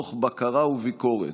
מתוך בקרה וביקורת,